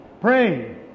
Pray